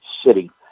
City